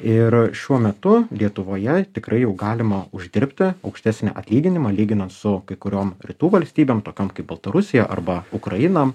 ir šiuo metu lietuvoje tikrai jau galima uždirbti aukštesnį atlyginimą lyginant su kai kuriom rytų valstybėm tokiom kaip baltarusija arba ukraina